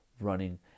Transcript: running